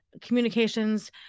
communications